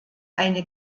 eine